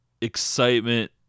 excitement